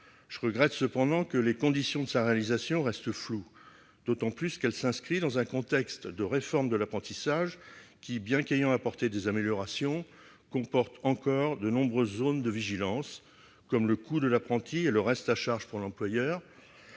Je regrette cependant que les conditions de sa réalisation restent floues, d'autant plus qu'elle s'inscrit dans un contexte de réforme de l'apprentissage qui, bien qu'elle ait apporté des améliorations, comporte encore de nombreuses zones de vigilance, comme le coût de l'apprenti et le reste à charge pour l'employeur,